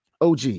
OG